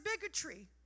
bigotry